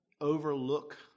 overlook